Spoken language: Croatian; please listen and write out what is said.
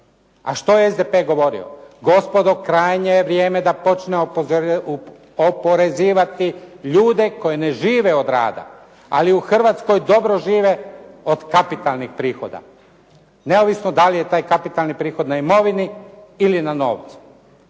A što je SDP govorio? Gospodo krajnje je vrijeme da počnemo oporezivati ljude koji ne žive od rada. ali u Hrvatskoj dobro žive od kapitalnih prihoda. Neovisno da li je taj kapitalni prihod na imovini ili na novu.